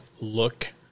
look